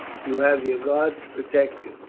you have your guards to protect you.